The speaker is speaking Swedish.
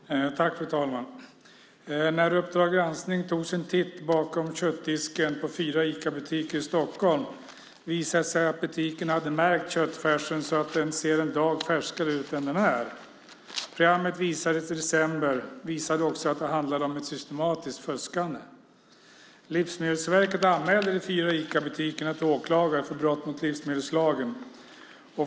Fru talman! När Uppdrag granskning tog sin titt bakom köttdisken på fyra Icabutiker i Stockholm visade det sig att butikerna hade märkt köttfärsen så att den såg en dag färskare ut än den var. Programmet som visades i december visade också att det handlade om ett systematiskt fuskande. Livsmedelsverket anmälde de fyra Icabutikerna till åklagare för brott mot livsmedelslagen.